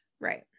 right